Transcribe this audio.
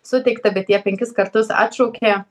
suteikta bet jie penkis kartus atšaukė